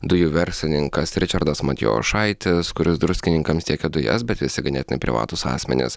dujų verslininkas ričardas matijošaitis kuris druskininkams tiekė dujas bet visi ganėtinai privatūs asmenys